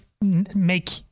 make